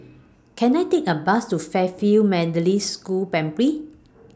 Can I Take A Bus to Fairfield Methodist School Primary